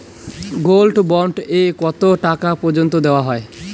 Gold bond এ কতো টাকা পর্যন্ত দেওয়া হয়?